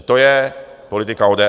To je politika ODS.